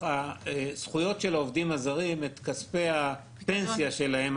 הזכויות של העובדים הזרים את כספי הפנסיה שלהם.